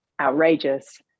outrageous